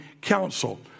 counsel